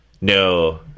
No